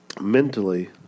mentally